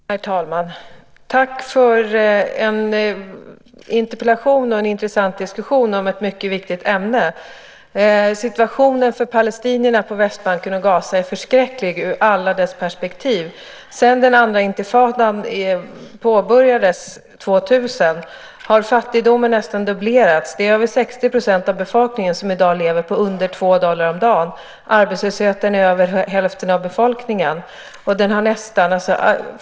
Herr talman! Tack för interpellationen och en intressant diskussion om ett mycket viktigt ämne. Situationen för palestinierna på Västbanken och i Gaza är förskräcklig ur alla perspektiv. Sedan den andra intifadan påbörjades år 2000 har fattigdomen nästan dubblerats. Över 60 % av befolkningen lever i dag på mindre än 2 dollar om dagen. Arbetslösheten omfattar över hälften av befolkningen.